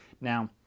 Now